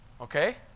Okay